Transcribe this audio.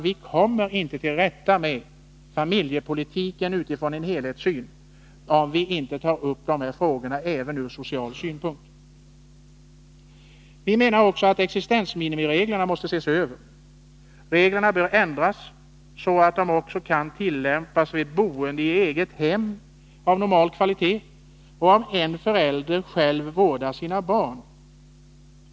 Vi kommer inte till rätta med problemen inom familjepolitiken i stort om vi inte diskuterar frågorna även ur social synpunkt. Vi menar också att existensminimireglerna måste ses över. Reglerna bör ändras så att de även kan tillämpas vid boende i eget hem av normal kvalitet och om en förälder själv vårdar sina barn.